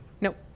nope